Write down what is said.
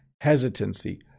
hesitancy